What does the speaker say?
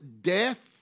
death